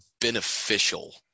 beneficial